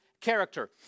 character